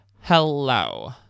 Hello